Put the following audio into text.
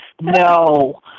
No